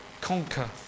conquer